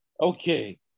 okay